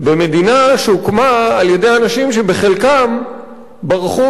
במדינה שהוקמה על-ידי אנשים שחלקם ברחו